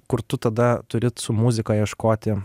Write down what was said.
kur tu tada turi su muzika ieškoti